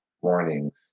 warnings